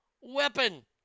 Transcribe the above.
Weapon